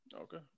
Okay